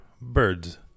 birds